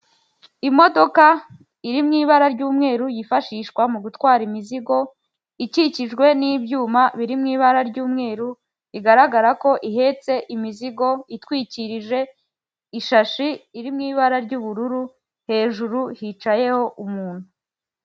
Imodoka iri mu ibara ry'umweru yifashishwa mu gutwara imizigo, ikikijwe n'ibyuma biri mu ibara ry'umweru, bigaragara ko ihetse imizigo itwikirije ishashi iri mu ibara ry'ubururu, hejuru hicayeho umuntu.